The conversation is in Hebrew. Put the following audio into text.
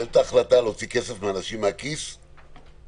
לקבל החלטה להוציא כסף מהכיס של אנשים,